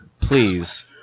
Please